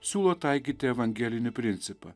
siūlo taikyti evangelinį principą